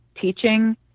teaching